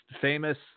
famous